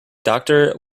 doctor